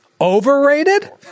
Overrated